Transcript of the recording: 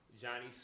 Johnny